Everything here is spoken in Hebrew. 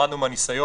למדנו מהניסיון,